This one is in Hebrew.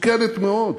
מסוכנת מאוד,